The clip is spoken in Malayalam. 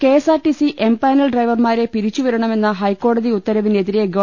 കെഎസ്ആർടിസി എം പാനൽ ഡ്രൈവർമാരെ പിരിച്ചുവിട ണമെന്ന ഹൈക്കോടതി ഉത്തരവിനെതിരെ ഗവ